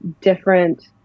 different